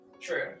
True